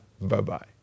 Bye-bye